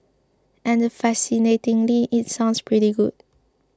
and fascinatingly it sounds pretty good